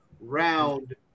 round